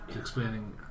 explaining